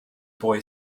boy